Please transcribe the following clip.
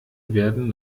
werden